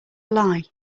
lie